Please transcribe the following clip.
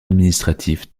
administratif